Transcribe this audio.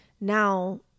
now